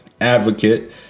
Advocate